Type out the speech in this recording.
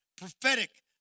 prophetic